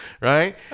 right